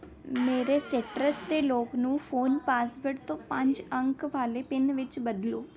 ਮੇਰੇ ਸਿਟਰਸ ਦੇ ਲੌਕ ਨੂੰ ਫ਼ੋਨ ਪਾਸਵਰਡ ਤੋਂ ਪੰਜ ਅੰਕ ਵਾਲੇ ਪਿੰਨ ਵਿੱਚ ਬਦਲੋ